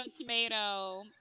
tomato